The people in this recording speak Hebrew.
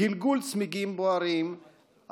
גלגול צמיגים בוערים,